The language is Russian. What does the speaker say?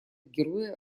героя